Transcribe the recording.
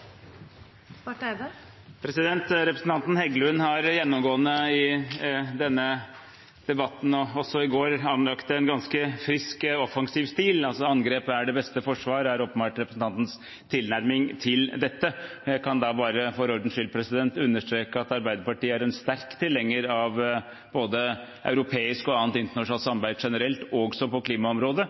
Representanten Heggelund har gjennomgående i denne debatten, og også i går, anlagt en ganske frisk og offensiv stil. «Angrep er det beste forsvar» er åpenbart representantens tilnærming til dette. Jeg kan da bare for ordens skyld understreke at Arbeiderpartiet er en sterk tilhenger av både europeisk og annet internasjonalt samarbeid generelt, også på klimaområdet,